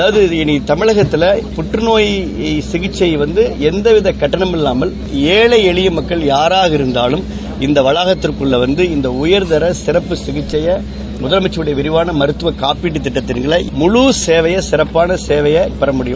அதவதாது இனி தமிழகத்தில புற்றுநோய் சிகிச்சை வந்து எந்தவித கட்டண்மும் இல்லாமல் ஏழை எளிய மக்கள் யாராக இருந்தாலும் இங்குவந்து இந்த உயர்தர சிறப்பு சிகிச்சைய முதலமைச்சர் விரிவான மருத்துவ காப்பீட்டு திட்டத்தின்கீழ் முழு சேவையை சிறப்பான சேவையை பெற முடியும்